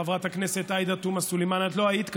חברת הכנסת עאידה תומא סלימאן, את לא היית כאן,